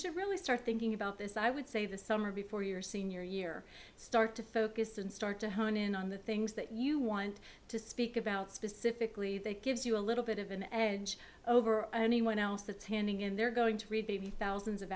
should really start thinking about this i would say the summer before your senior year start to focus and start to hone in on the things that you want to speak about specifically that gives you a little bit of an edge over anyone else that's handing in they're going to be thousands of